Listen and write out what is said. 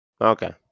Okay